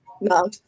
No